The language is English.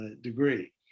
degree